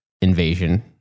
invasion